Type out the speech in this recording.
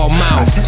mouth